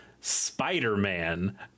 spider-man